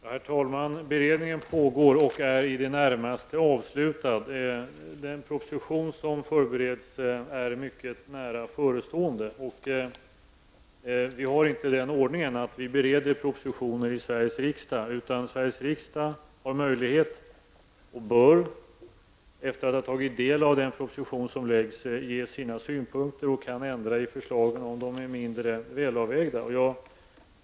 Herr talman! Beredningen pågår och är i det närmaste avslutad. Den proposition som förbereds är mycket nära förestående. Vi har inte den ordningen att vi bereder propositioner i Sveriges riksdag, utan Sveriges riksdag har möjlighet att efter att ha tagit del av propositionen ge sina synpunkter -- och så bör också ske. Riksdagen kan då ändra förslagen, om de är mindre väl avvägda.